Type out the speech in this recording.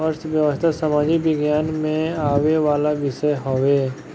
अर्थशास्त्र सामाजिक विज्ञान में आवेवाला विषय हवे